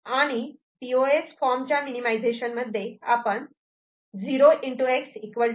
आणि P O S form च्या minimization मध्ये आपण 0